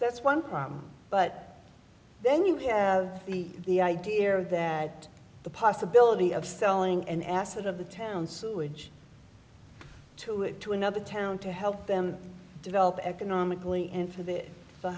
that's one problem but then you have the idea here that the possibility of selling an asset of the town sewage to it to another town to help them develop economically and for the